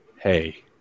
Hey